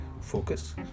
focus